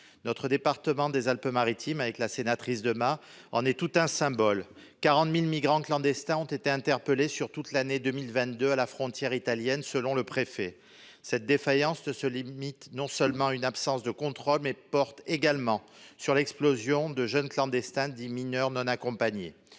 Mon département des Alpes-Maritimes, que représente aussi la sénatrice Patricia Demas, en est tout un symbole : 40 000 migrants clandestins ont été interpellés sur toute l'année 2022 à la frontière italienne, selon le préfet. Cette défaillance ne se limite pas seulement à une absence de contrôle, elle porte également sur l'explosion du nombre de jeunes clandestins, dits mineurs non accompagnés